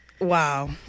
Wow